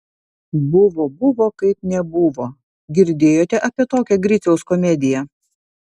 buvo buvo kaip nebuvo girdėjote apie tokią griciaus komediją